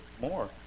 more